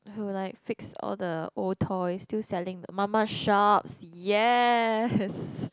who like fix all the old toys still selling mama shops yes